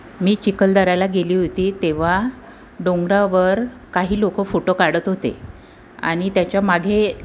मी चिखलदऱ्याला गेली होती तेव्हा डोंगरावर काही लोक फोटो काढत होते आणि त्याच्यामागे